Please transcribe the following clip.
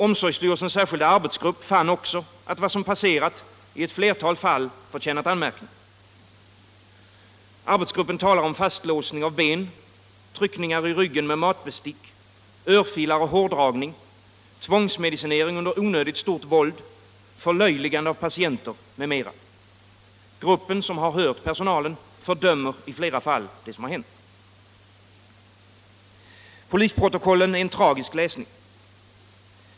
Omsorgsstyrelsens särskilda arbetsgrupp fann också att vad som passerat i ett flertal fall förtjänat anmärkning. Arbetsgruppen talar om fastlåsning av ben, tryckningar i ryggen med matbestick, örfilar och hårdragning, tvångsmedicinering under onödigt stort våld, förlöjligande av patienter m.m. Gruppen, som har hört personalen, fördömer i flera fall det som hänt. Polisprotokollen är en tragisk läsning.